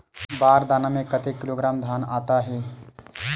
बार दाना में कतेक किलोग्राम धान आता हे?